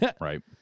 Right